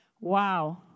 Wow